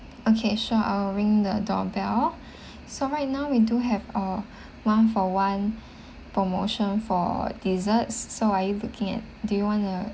okay sure I'll ring the doorbell so right now we do have uh one for one promotion for desserts so are you looking at do you want the